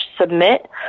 submit